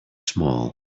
small